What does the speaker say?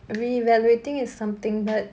reevaluating is something but